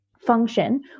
Function